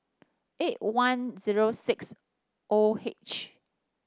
eight one zero six O H